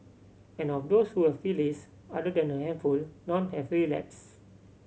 and of those who have released other than a handful none have relapsed